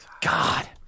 God